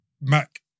Mac